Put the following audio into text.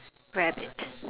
rabbit